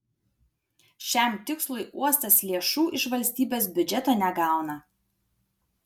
šiam tikslui uostas lėšų iš valstybės biudžeto negauna